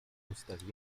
ustach